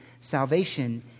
salvation